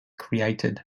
created